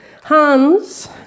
Hans